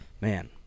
man